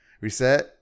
reset